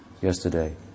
yesterday